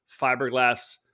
fiberglass